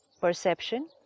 Perception